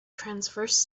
transverse